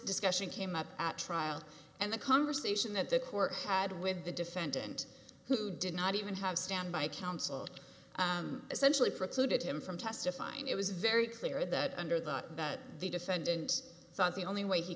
discussion came up at trial and the conversation that the court had with the defendant who did not even have stand by counsel essentially precluded him from testifying it was very clear that under the that the defendant thought the only way he